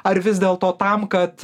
ar vis dėlto tam kad